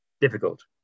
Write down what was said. difficult